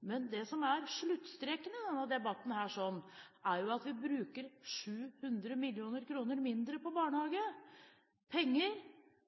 Men det som er sluttstreken i denne debatten, er jo at vi bruker 700 mill. kr mindre på barnehage, penger